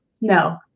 No